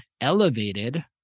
elevated